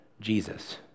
Jesus